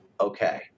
okay